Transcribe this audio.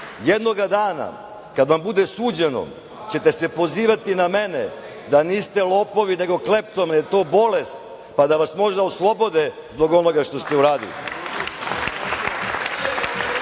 jednoga dana, kada vam bude suđeno, ćete se pozivati na mene da niste lopovi, nego kleptomani. To je bolest, pa da vas možda oslobode zbog onoga što ste uradili.